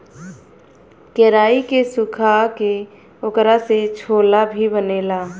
केराई के सुखा के ओकरा से छोला भी बनेला